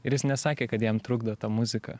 ir jis nesakė kad jam trukdo ta muzika